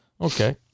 okay